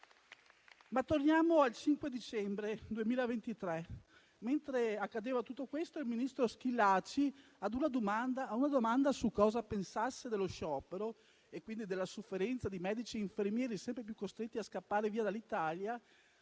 Torniamo però al 5 dicembre 2023: mentre accadeva tutto questo, il ministro Schillaci a una domanda su cosa pensasse dello sciopero, quindi della sofferenza di medici e infermieri, sempre più costretti a scappare via dall'Italia,